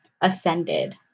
ascended